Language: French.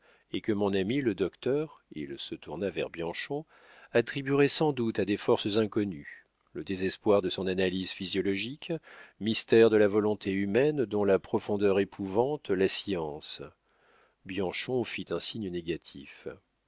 et que mon ami le docteur il se tourna vers bianchon attribuerait sans doute à des forces inconnues le désespoir de son analyse physiologique mystères de la volonté humaine dont la profondeur épouvante la science bianchon fit un signe négatif